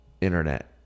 Internet